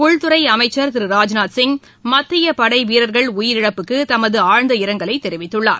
உள்துறை அமைச்சர் திரு ராஜ்நாத் சிங் மத்தியப்படை வீரர்கள் உயிரிழந்ததற்கு தமது ஆழ்ந்த இரங்கலை தெரிவித்துள்ளார்